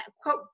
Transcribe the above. quote